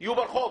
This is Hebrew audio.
יהיו ברחוב.